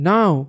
Now